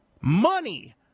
money